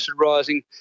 rising